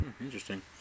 Interesting